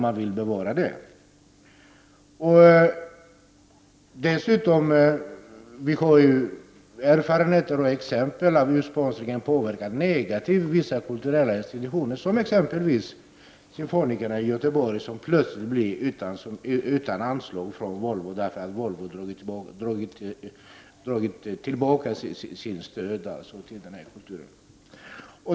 Det finns dessutom erfarenheter av och exempel på hur sponsringen påverkar vissa kulturella institutioner negativt, som symfonikerna i Göteborg, vilka plötsligt blev utan anslag från Volvo därför att Volvo drog tillbaka sitt stöd till den kulturen.